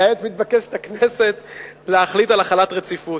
כעת מתבקשת הכנסת להחליט על החלת רציפות.